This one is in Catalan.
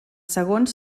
segons